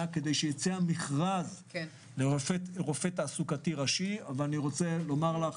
כדי שיצא המכרז לרופא תעסוקתי ראשי ואני רוצה לומר לך,